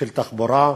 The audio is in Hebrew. של תחבורה,